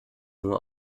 nur